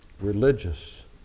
religious